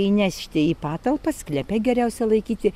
įnešti į patalpą sklepe geriausia laikyti